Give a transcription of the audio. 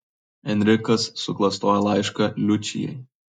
enrikas suklastoja laišką liučijai